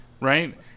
right